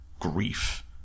grief